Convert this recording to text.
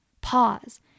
Pause